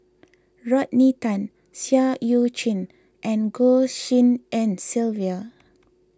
Rodney Tan Seah Eu Chin and Goh Tshin En Sylvia